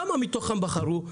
כמה מתוכם בחרו?